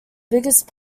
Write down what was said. biggest